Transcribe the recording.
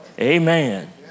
amen